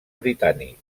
britànic